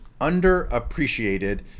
underappreciated